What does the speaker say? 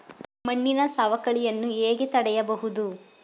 ಮಣ್ಣಿನ ಸವಕಳಿಯನ್ನು ಹೇಗೆ ತಡೆಯಬಹುದು?